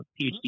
PhD